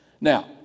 Now